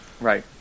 Right